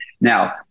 Now